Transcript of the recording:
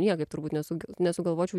niekaip turbūt nesu nesugalvočiau